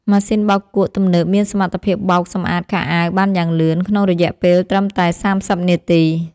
ម៉ាស៊ីនបោកគក់ទំនើបមានសមត្ថភាពបោកសម្អាតខោអាវបានយ៉ាងលឿនក្នុងរយៈពេលត្រឹមតែសាមសិបនាទី។